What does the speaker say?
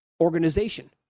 organization